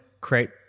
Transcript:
create